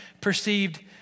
perceived